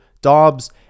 dobbs